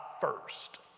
first